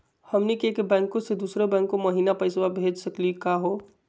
हमनी के एक बैंको स दुसरो बैंको महिना पैसवा भेज सकली का हो?